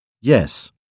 Yes